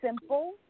simple